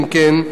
אם כן,